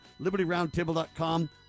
LibertyRoundtable.com